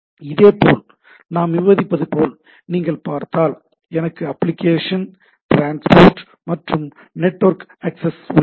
எனவே இதேபோல் நாம் விவாதிப்பது போல் நீங்கள் பார்த்தால் எனக்கு அப்ளிகேஷன் டிரான்ஸ்போர்ட் மற்றும் நெட்வொர்க் ஆக்சஸ் உள்ளன